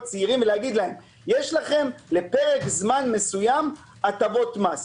צעירים ולהגיד להם: יש לכם לפרק זמן מסוים הטבות מס.